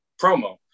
promo